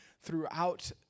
throughout